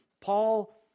Paul